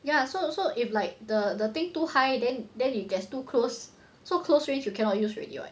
ya so so if like the the thing too high then then it gets too close so close range you cannot use already [what]